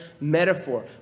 metaphor